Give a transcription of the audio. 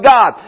God